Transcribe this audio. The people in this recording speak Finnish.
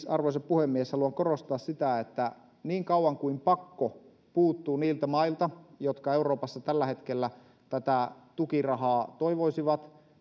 arvoisa puhemies haluan siis korostaa sitä että niin kauan kuin pakko puuttuu niiltä mailta jotka euroopassa tällä hetkellä tätä tukirahaa toivoisivat